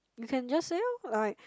you can just say orh like